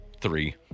three